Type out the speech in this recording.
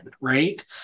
right